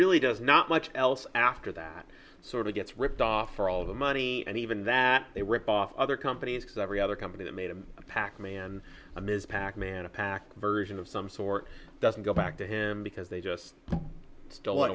really does not much else after that sort of gets ripped off for all the money and even that they rip off other companies because every other company that made a pac man a ms pac man a pack version of some sort doesn't go back to him because they just sto